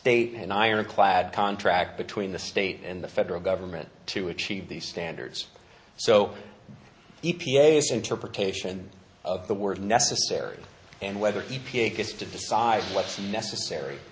state an ironclad contract between the state and the federal government to achieve these standards so e p a s interpretation of the word necessary and whether e p a gets to decide what's necessary